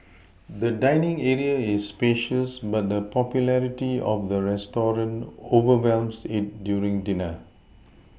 the dining area is spacious but the popularity of the restaurant overwhelms it during dinner